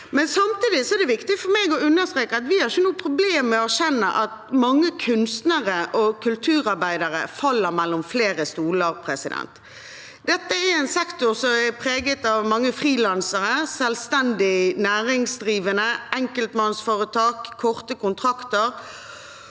Samtidig er det viktig for meg å understreke at vi ikke har problemer med å erkjenne at mange kunstnere og kulturarbeidere faller mellom flere stoler. Dette er en sektor som er preget av mange frilansere, selvstendig næringsdrivende, enkeltpersonforetak, korte kontrakter